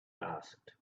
asked